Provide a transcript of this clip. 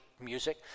music